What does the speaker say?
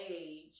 age